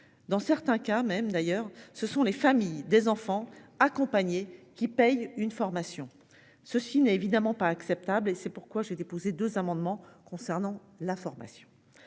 dans certains cas même d'ailleurs ce sont les familles des enfants accompagnés qui paye une formation. Ceci n'est évidemment pas acceptable et c'est pourquoi j'ai déposé 2 amendements concernant la formation.